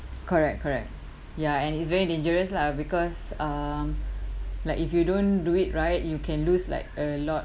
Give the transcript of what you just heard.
correct correct ya and it's very dangerous lah because um like if you don't do it right you can lose like a lot